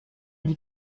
die